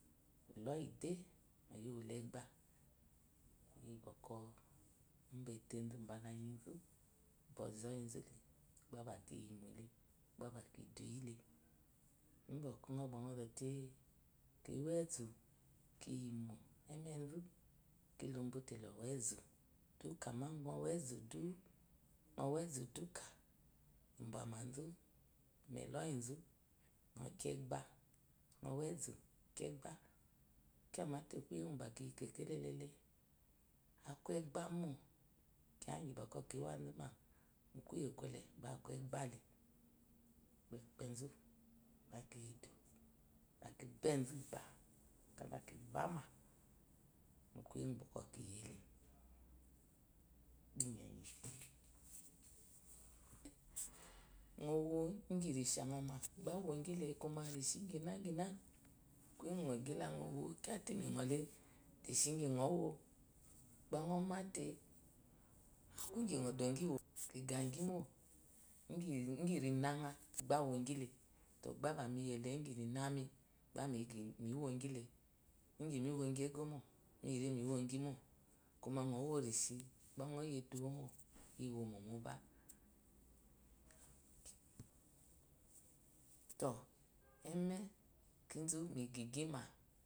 Uloyi de loyiwu legba iyi bɔ kɔ uba etezu bálá anizú bɔzɔyizule gbá bz` kimo le gbá bá kidu yile uqu unɔ ba nɔ zote kiwa ezú kiyimo emezu kilobo te lowa ezu kikama nɔwa ezu du nɔwa ezu duke ibázu mye eloyi zu nɔ ko wqba nɔwa ezu kyo eqba kya mate kuye ugu bɔkɔ kiyi kekele lelé aku egba mo. kiya ingyi bɔkɔ ki wá zuma bá aku egbale lá ki bczu iqbá kala kibá má mu kuye uqu bɔkɔ kiyelé bá inyeyin nose nɔwo ingyi rishaŋma ba ŋɔole reshi igyina ingina nɔgyi bɔkɔ nɔwyo bá nɔma te aku inayi nɔ dogiwomo kigayi mó ingyi rinaza bá wogilete bé miyelé inggyi linami bámi heogile ingyi miwogyi egyomo mi rimiwogyi mo, kumá ŋɔ wo reshi bá. nɔyi eduwomó iwomo móbá tó eme kizu mi liyi gyi má